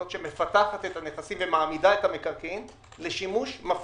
זאת שמפתחת את הנכסים ומעמידה את המקרקעין לשימוש מפעילים,